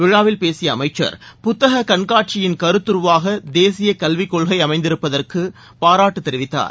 விழாவில் பேசிய அமைச்சர் புத்தக கண்காட்சியின் கருத்துருவாக தேசிய கல்விக்கொள்கை அமைந்திருப்பதற்கு பாராட்டு தெரிவித்தார்